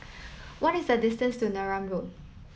what is the distance to Neram Road